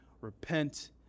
Repent